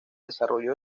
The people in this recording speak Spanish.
desarrollo